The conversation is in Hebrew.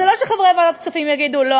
זה לא שחברי ועדת הכספים יגידו: לא,